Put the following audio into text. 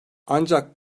ancak